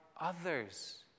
others